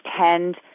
tend